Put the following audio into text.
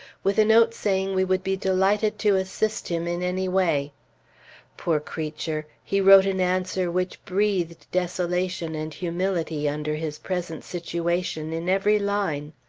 with a note saying we would be delighted to assist him in anyway. poor creature! he wrote an answer which breathed desolation and humility, under his present situation, in every line.